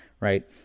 right